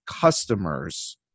customers